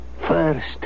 First